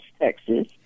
Texas